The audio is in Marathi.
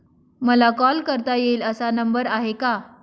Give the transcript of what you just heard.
मला कॉल करता येईल असा नंबर आहे का?